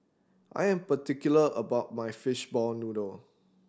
I am particular about my fishball noodle